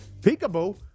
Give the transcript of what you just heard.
Peekaboo